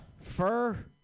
fur